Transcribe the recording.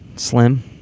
Slim